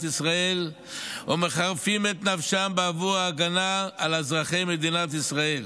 ישראל ומחרפים את נפשם בעבור ההגנה על אזרחי מדינת ישראל,